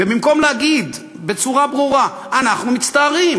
ובמקום להגיד בצורה ברורה: אנחנו מצטערים,